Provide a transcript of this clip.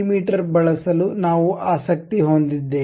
me ಬಳಸಲು ನಾವು ಆಸಕ್ತಿ ಹೊಂದಿದ್ದೇವೆ